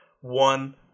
one